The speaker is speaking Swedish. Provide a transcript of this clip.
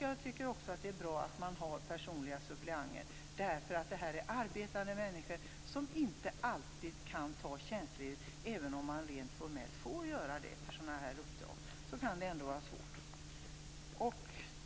Jag tycker också att det är bra att man har personliga suppleanter. Det är arbetande människor som inte alltid kan ta tjänstledigt, även om de rent formellt får göra det för sådana uppdrag. Det kan ändå vara svårt.